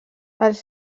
els